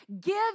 give